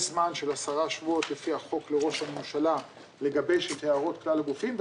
יש זמן של 10 שבועות לפי החוק לראש הממשלה לגבש את הערות כלל הגופים.